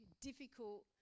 difficult